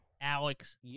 Alex